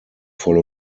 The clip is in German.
voll